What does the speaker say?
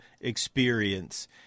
experience